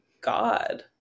God